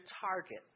target